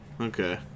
Okay